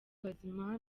bazima